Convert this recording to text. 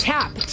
Tap